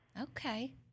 Okay